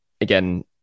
again